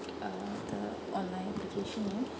err the online location yeah